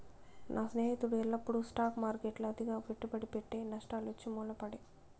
నా స్నేహితుడు ఎల్లప్పుడూ స్టాక్ మార్కెట్ల అతిగా పెట్టుబడి పెట్టె, నష్టాలొచ్చి మూల పడే